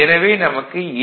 எனவே நமக்கு ஏ